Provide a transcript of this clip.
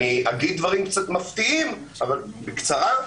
אגיד דברים קצת מפתיעים, אבל בקצרה: